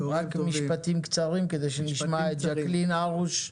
משפטים קצרים כדי שנשמע את ג'קלין הרוש,